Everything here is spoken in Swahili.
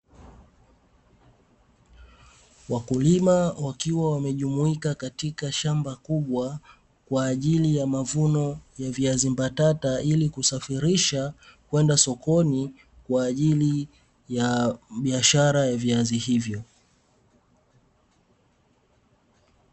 Wakulima wakiwa wamejumuika katika shamba kubwa, kwa ajili ya mavuno ya viazi mbatata ili kusafirisha kwenda sokoni kwa ajili ya biashara ya viazi hivyo.